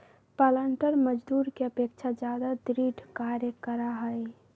पालंटर मजदूर के अपेक्षा ज्यादा दृढ़ कार्य करा हई